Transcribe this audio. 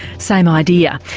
same idea.